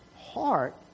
heart